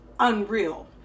Unreal